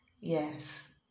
yes